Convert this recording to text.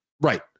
right